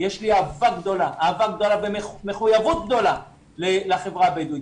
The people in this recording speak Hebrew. יש לי אהבה גדולה ומחויבות גדולה לחברה הבדואית